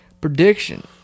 Prediction